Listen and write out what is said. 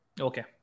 Okay